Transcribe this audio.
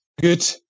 good